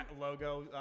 logo